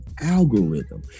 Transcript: algorithm